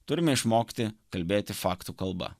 turime išmokti kalbėti faktų kalba